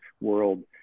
world